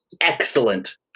excellent